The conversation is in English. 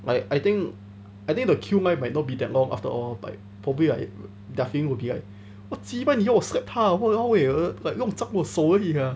like I think I think the queue might might not be that long after all like probably like their feeling would be like !wah! cheebye 你要我 slap 他的话 !walao! eh like 弄脏我手 ah